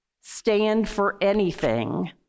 stand-for-anything